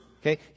Okay